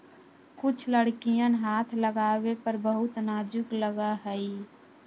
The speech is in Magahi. कुछ लकड़ियन हाथ लगावे पर बहुत नाजुक लगा हई